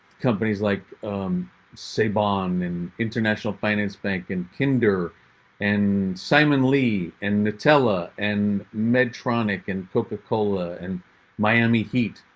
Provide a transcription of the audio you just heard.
companies like sabon and international finance bank and kinder and simon lee and nutella and medtronic and coca cola and miami heat.